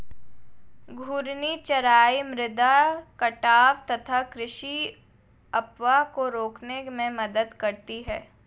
घूर्णी चराई मृदा कटाव तथा कृषि अपवाह को रोकने में मदद करती है